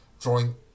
drawing